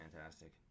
fantastic